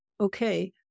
okay